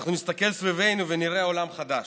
ואנחנו נסתכל סביבנו ונראה עולם חדש.